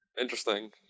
Interesting